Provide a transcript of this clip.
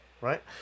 Right